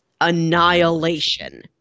Annihilation